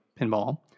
pinball